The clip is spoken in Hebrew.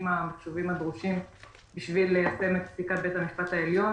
המחשוביים הדרושים בשביל ליישם את פסיקת בית המשפט העליון,